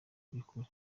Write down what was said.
by’ukuri